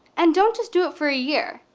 and don't just do it for a year.